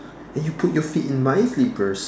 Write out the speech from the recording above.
and you put your feet in my slippers